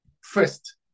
first